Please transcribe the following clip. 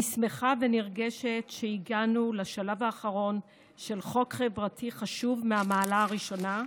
אני שמחה ונרגשת שהגענו לשלב האחרון של חוק חברתי חשוב מהמעלה הראשונה.